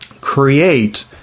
create